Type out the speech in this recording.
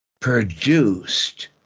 produced